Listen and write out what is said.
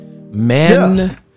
Men